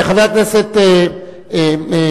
חבר הכנסת חנין,